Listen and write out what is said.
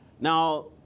Now